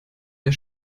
der